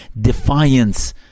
defiance